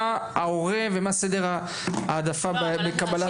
מה ההורה ומה סדר העדפה בקבלת.